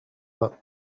vingt